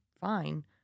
fine